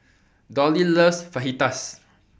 Dolly loves Fajitas